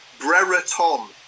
Brereton